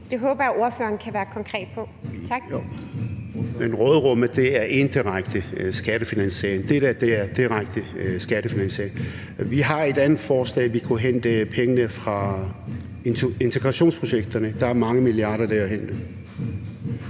Kl. 15:21 Naser Khader (KF): Men råderummet er indirekte skattefinansiering. Det der er direkte skattefinansiering. Vi har et andet forslag om, at vi kunne hente pengene fra integrationsprojekterne. Der er mange milliarder at hente